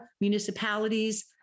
municipalities